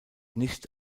nicht